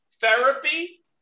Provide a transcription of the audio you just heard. therapy